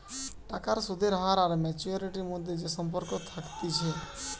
টাকার সুদের হার আর ম্যাচুয়ারিটির মধ্যে যে সম্পর্ক থাকতিছে